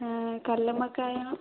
ആ കല്ലുമ്മക്കായ